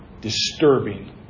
disturbing